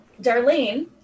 darlene